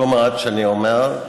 too much, אני אומר,